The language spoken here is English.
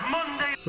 Monday